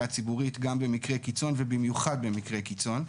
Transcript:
הציבורית גם במקרי קיצון ובמיוחד במקרי קיצון.